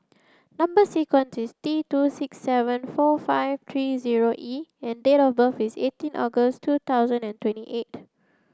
number sequence is T two six seven four five three zero E and date of birth is eighteen August two thousand and twenty eight